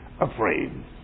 afraid